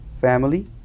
family